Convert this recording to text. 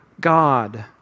God